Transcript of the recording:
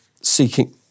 seeking